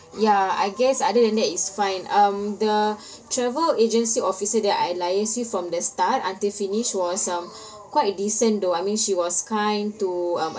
ya I guess other than that it's fine um the travel agency officer that I liaised with from the start until finish was um quite decent though I mean she was kind to um